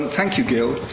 thank you, gil.